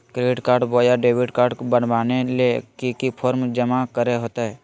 Credit card बोया debit card बनाने ले की की फॉर्म जमा करे होते?